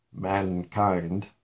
mankind